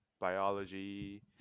biology